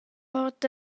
ord